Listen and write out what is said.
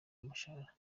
umushahara